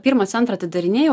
pirmą centrą atidarinėjau